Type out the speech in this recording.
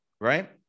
right